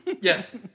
yes